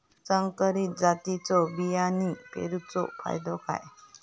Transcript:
संकरित जातींच्यो बियाणी पेरूचो फायदो काय?